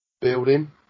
building